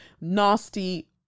nasty